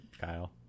Kyle